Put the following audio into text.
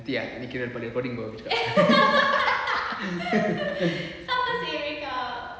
nanti eh kira lepas recording baru aku cakap